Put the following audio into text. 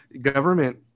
government